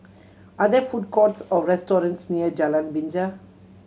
are there food courts or restaurants near Jalan Binja